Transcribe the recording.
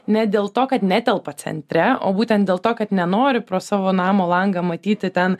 ne dėl to kad netelpa centre o būtent dėl to kad nenori pro savo namo langą matyti ten